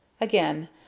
Again